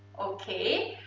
okay?